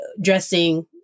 dressing